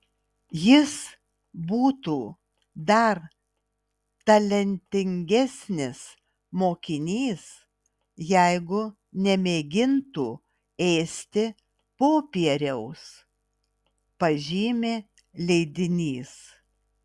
jis būtų dar talentingesnis mokinys jeigu nemėgintų ėsti popieriaus pažymi leidinys